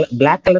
black